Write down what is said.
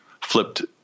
Flipped